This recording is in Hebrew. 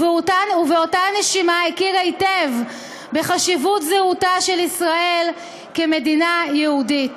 ובאותה נשימה הכיר היטב בחשיבות זהותה של ישראל כמדינה יהודית,